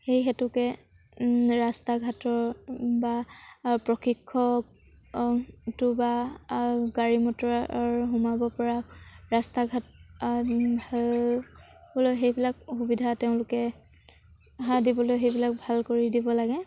সেই হেতুকে ৰাস্তা ঘাটৰ বা প্ৰশিক্ষকটো বা গাড়ী মটৰৰ সোমাবপৰা ৰাস্তা ঘাট হ'বলৈ সেইবিলাক সুবিধা তেওঁলোকে দিবলৈ সেইবিলাক ভাল কৰি দিব লাগে